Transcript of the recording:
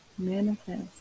Manifest